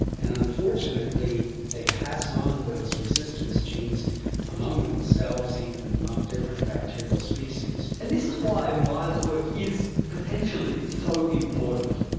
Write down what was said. and unfortunately they pass on those resistance genes among themselves, even among different bacterial species. and this is why myers' work is potentially so important.